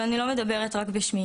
ואני לא מדברת רק בשמי.